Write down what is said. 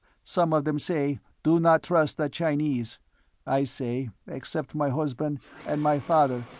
some of them say, do not trust the chinese i say, except my husband and my father,